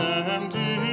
empty